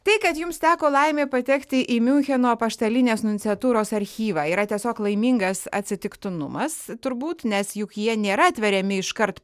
tai kad jums teko laimė patekti į miuncheno apaštalinės nunciatūros archyvą yra tiesiog laimingas atsitiktinumas turbūt nes juk jie nėra atveriami iškart